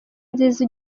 nziza